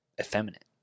effeminate